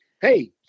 Hey